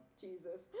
Jesus